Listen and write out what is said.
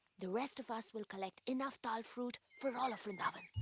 the rest of us will collect enough tal fruit for all of vrindavan.